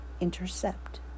Intercept